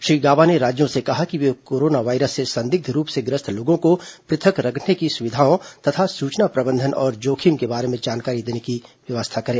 श्री गॉबा ने राज्यों से कहा कि वे कोरोना वायरस से संदिग्ध रूप से ग्रस्त लोगों को पृथक रखने की सुविधाओं तथा सूचनाओं प्रबंधन और जोखिम के बारे में जानकारी देने की व्यवस्था करें